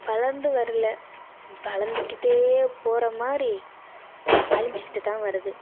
வளர்ந்து வரல வளர்ந்துக்கிட்டே போகிற மாதிரி அழிஞ்சிக்கிட்டு தான் வருது